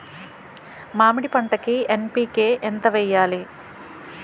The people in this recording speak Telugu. మామిడి పంటకి ఎన్.పీ.కే ఎంత వెయ్యాలి?